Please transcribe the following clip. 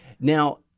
Now